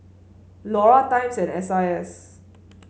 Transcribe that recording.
Iora Times and S I S